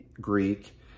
Greek